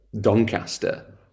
Doncaster